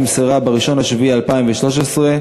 לשינוי חברתי-כלכלי